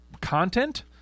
content